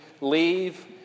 leave